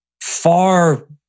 far